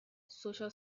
social